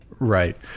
Right